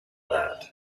that